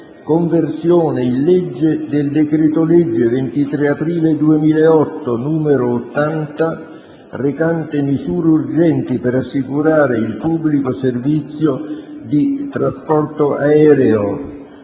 «Conversione in legge del decreto-legge 23 aprile 2008, n. 80, recante misure urgenti per assicurare il pubblico servizio di trasporto aereo»